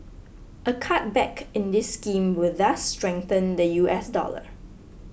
a cutback in this scheme will thus strengthen the U S dollar